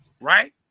right